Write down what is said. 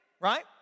right